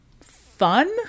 fun